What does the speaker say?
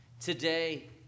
Today